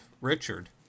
Richard